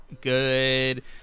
good